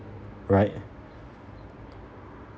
right